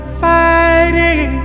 fighting